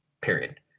period